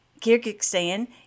Kyrgyzstan